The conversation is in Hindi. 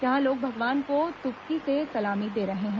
यहां लोग भगवान को तुपकी से सलामी दे रहे हैं